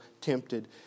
tempted